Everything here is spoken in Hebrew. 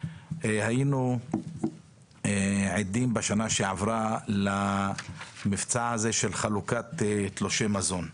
היינו עדים בשנה שעברה למבצע הזה של חלוקת תלושי מזון.